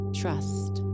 trust